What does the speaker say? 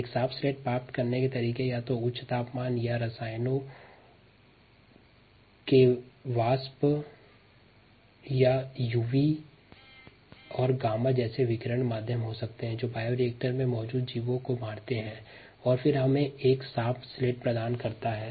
एक साफ स्लेट प्राप्त करने के तरीके उच्च तापमान या रसायन या भाप या यूवी और गामा जैसे विकिरण के माध्यम हो सकते हैं जो बायोरिएक्टर में मौजूद सभी जीवों को मारता है और फिर हमें एक साफ स्लेट प्रदान करता है